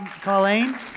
Colleen